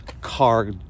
car